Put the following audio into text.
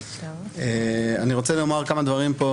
הם מסתמכים על כך שהנה,